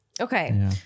Okay